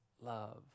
love